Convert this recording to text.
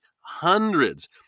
hundreds